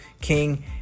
king